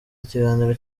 ikiganiro